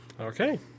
Okay